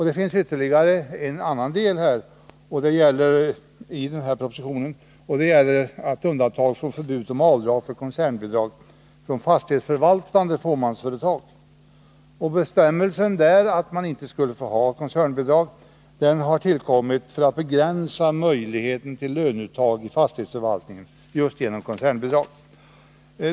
Det finns ytterligare ett annat förslag i propositionen, och det gäller ett undantag från förbudet om avdrag för koncernbidrag från fastighetsförvaltande fåmansföretag. Bestämmelsen att man inte skulle få ha koncernbidrag har tillkommit för att begränsa möjligheten till löneuttag i fastighetsförvaltningen just genom koncernbidrag.